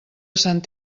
sant